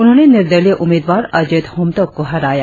उन्होंने निर्दलीय उम्मीदवार अजेत होमटोक को हराया